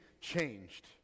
changed